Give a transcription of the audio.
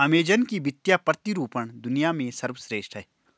Amazon का वित्तीय प्रतिरूपण दुनिया में सर्वश्रेष्ठ है